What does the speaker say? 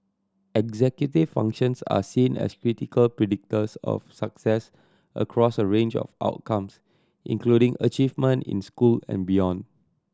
executive functions are seen as critical predictors of success across a range of outcomes including achievement in school and beyond